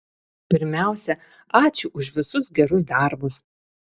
pirmiausia ačiū už visus gerus darbus